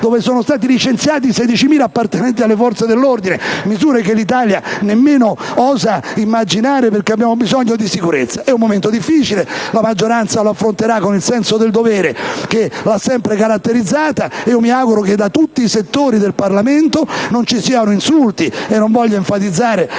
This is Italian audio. dove sono stati licenziati 16.000 appartenenti alle forze dell'ordine: misure che l'Italia nemmeno osa immaginare, perché abbiamo bisogno di sicurezza. È un momento difficile, e la maggioranza lo affronterà con il senso del dovere che da sempre la caratterizza. Mi auguro che da tutti i settori del Parlamento non ci siano insulti, e non voglio enfatizzare